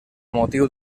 motiu